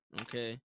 okay